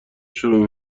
شروع